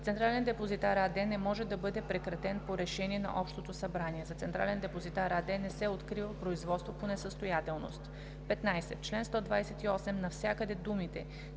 „Централен депозитар“ АД не може да бъде прекратен по решение на общото събрание. За „Централен депозитар“ АД не се открива производство по несъстоятелност.“ 15. В чл. 128 навсякъде думите